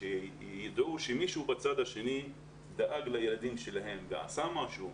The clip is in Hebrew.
ידעו שמישהו בצד השני דואג לילדים שלהם ועשה משהו,